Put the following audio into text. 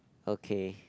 okay